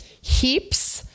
heaps